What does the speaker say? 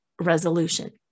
resolution